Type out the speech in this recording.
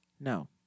no